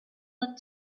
that